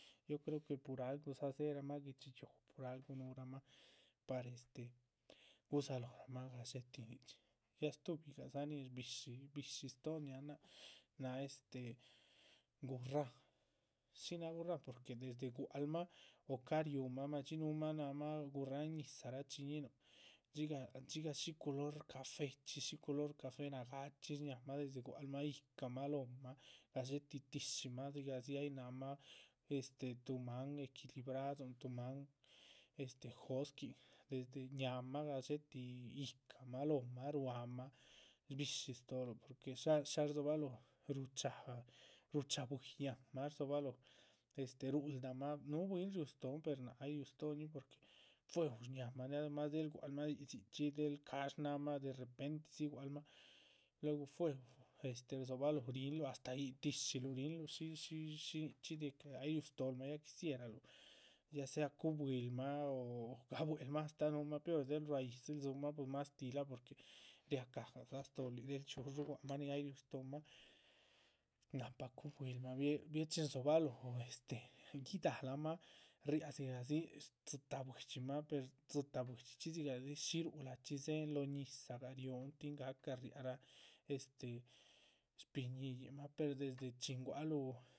Yo creo que pur algudza dzéherama guihdxi yuuh por algu núhuramah par este gudzahaloramah gadxé tih, ya stuhibi gadza nin shbi´shi stóon ñáhan náac náha este gurráhn. shí náh gurráhn porque desde gua´clmah o cáh riumah mádxi núhumah námah gurráhn ñizah rachiñíhinuh dxigah dxigah shiculor cafechxí shí culor ca´fe nagáachxi. shñáhamah desde gua´clmah ýihcamah lóohmah gadxétih tíshimah dzigah dzi ay náhmah este, tuh máan equilibradon tuh máan josquín desde ñáamah gadxétih, yíhcamah lóohmah. ruámah shbi´shi stóoluh porque shá rdzobaloho ruchágah rucháh bwíi yáhnmah porque rdzobalóho rúhuldamah núhu bwín riú stóoh per náac ay riú stóhoñin porque fuehu shñámah. née del gua´clmah dzichxí née del cash náhamah derrepentedzi gua´clmah luegu fuehu rdzobalóho rinluh astáh yíc tíshiluh rinluh shí shí nichxí de ay riú stóolmah. ya quisieraluh ya sea cubhuilmah o o gabuélmah astáh núhumah pior del ruá yídziluh dzúmah mastíh láha porque ria cáh gadza stóhol yíc, del chxíus gua´c mah nin. ay riú stóhomah nahpa cuh builmah bien chin rdzobalóho este guidálamah riáha dzigadzi dzitáh buidximah, per dzitáh buidxichxi dzigah dzi shí rúhulachxi. dzéhen lóho ñizahgah riúhun tin gahca riáhan este shpiñíhiyinmah per desde chin gua´c luh.